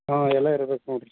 ಹಾಂ ಎಲ್ಲ ಇರ್ಬೇಕು ನೋಡ್ರಿ